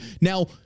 Now